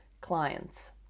clients